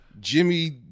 Jimmy